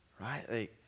right